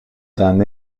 d’un